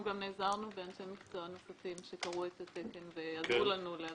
נעזרנו גם באנשי מקצוע נוספים שקראו את התקן ועזרו לנו להבין.